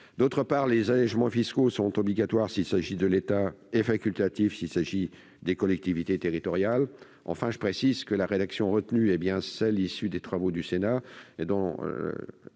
ailleurs, les allégements fiscaux seront obligatoires, s'il s'agit de l'État, et facultatifs, s'il s'agit des collectivités territoriales. Enfin, je précise que la rédaction retenue est bien celle issue des travaux réalisés